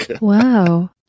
Wow